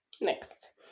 Next